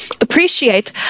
appreciate